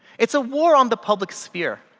it's a war on the public sphere.